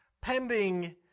Pending